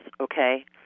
okay